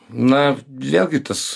na vėlgi tas